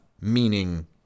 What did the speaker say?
meaning